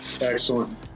Excellent